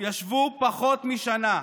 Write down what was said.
ישבו פחות משנה.